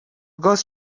گاز